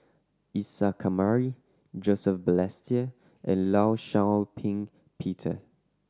Isa Kamari Joseph Balestier and Law Shau Ping Peter